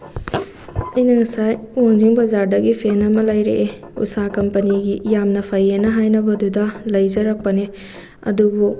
ꯑꯩꯅ ꯉꯁꯥꯏ ꯋꯥꯡꯖꯤꯡ ꯕꯖꯥꯔꯗꯒꯤ ꯐꯦꯟ ꯑꯃ ꯂꯩꯔꯛꯑꯦ ꯎꯁꯥ ꯀꯝꯄꯅꯤꯒꯤ ꯌꯥꯝꯅ ꯐꯩꯌꯦꯅ ꯍꯥꯏꯅꯕꯗꯨꯗ ꯂꯩꯖꯔꯛꯄꯅꯦ ꯑꯗꯨꯕꯨ